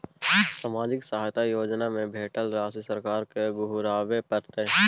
सामाजिक सहायता योजना में भेटल राशि सरकार के घुराबै परतै?